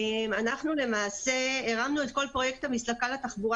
אנחנו למעשה הרמנו את כל פרויקט המסלקה לתחבורה